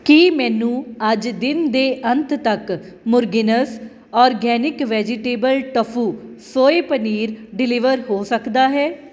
ਕੀ ਮੈਨੂੰ ਅੱਜ ਦਿਨ ਦੇ ਅੰਤ ਤੱਕ ਮੁਰਗਿਨਸ organic vegetable tofu soy paneer deliver ਹੋ ਸਕਦਾ ਹੈ